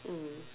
mm